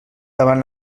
davant